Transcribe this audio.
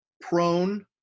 prone